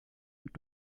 und